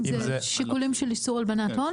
זה שיקולים של איסור הלבנת הון.